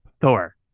Thor